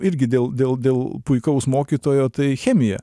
irgi dėl dėl dėl puikaus mokytojo tai chemija